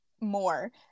more